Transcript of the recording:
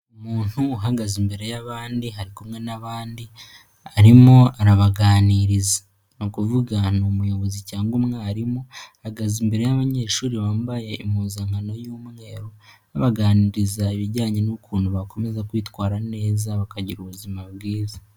Umuntu uhagaze imbere y'abandi ari kumwe n'abandi arimo arabaganiriza, nukuvuga ni umuyobozi cyangwa umwarimu ahagaze imbere y'abanyeshuri bambaye impuzankano y'umweru, anabaganiriza ibijyanye n'ukuntu bakomeza kwitwara neza bakagira ubuzima bwiza.